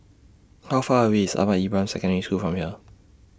How Far away IS Ahmad Ibrahim Secondary School from here